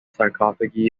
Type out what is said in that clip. sarcophagi